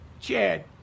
Chad